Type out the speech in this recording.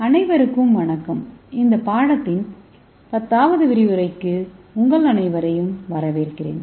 அனைவருக்கும் வணக்கம் இந்த பாடத்தின் 10 வது விரிவுரைக்கு உங்கள் அனைவரையும் வரவேற்கிறேன்